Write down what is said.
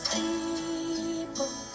people